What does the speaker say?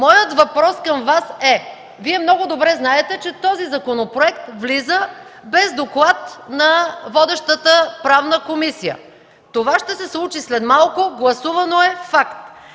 моят въпрос към Вас е: Вие много добре знаете, че този законопроект влиза без доклад на водещата Правна комисия. Това ще се случи след малко, гласувано е – факт.